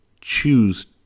choose